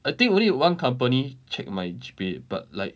I think only one company check my G_P_A but like